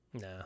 Nah